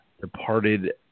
departed